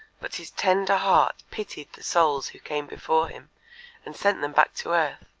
but his tender heart pitied the souls who came before him and sent them back to earth.